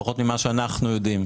לפחות ממה שאנחנו יודעים,